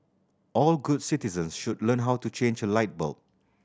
all good citizens should learn how to change a light bulb